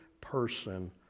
person